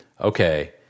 okay